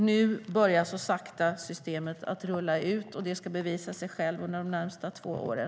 Nu börjar så sakta systemet att rulla ut, och det ska bevisa sig självt under de närmaste två åren.